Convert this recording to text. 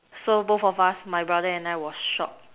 so both of us my brother and I was shocked